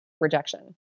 rejection